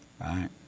right